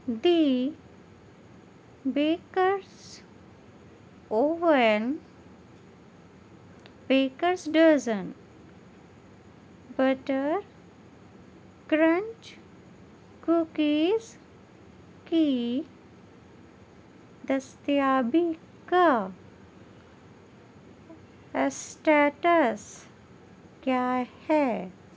دی bakers oven bakers dozen butter crunch cookies کی دستیابی کا اسٹیٹس کیا ہے